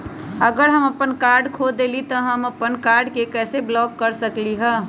अगर हम अपन कार्ड खो देली ह त हम अपन कार्ड के कैसे ब्लॉक कर सकली ह?